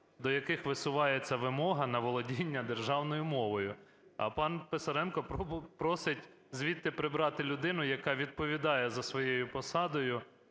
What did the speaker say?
до яких висувається вимога на володіння державною мовою. А пан Писаренко просить звідти прибрати людину, яка відповідає за своєю посадою,